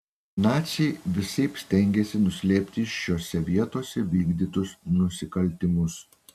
naciai visaip stengėsi nuslėpti šiose vietose vykdytus nusikaltimus